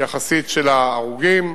יחסית של ההרוגים.